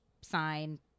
sign